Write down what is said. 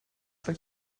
for